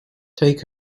take